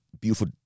beautiful